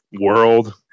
world